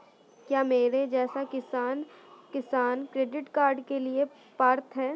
क्या मेरे जैसा किसान किसान क्रेडिट कार्ड के लिए पात्र है?